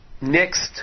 next